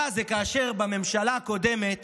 הרע זה כאשר בממשלה הקודמת